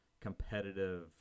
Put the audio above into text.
competitive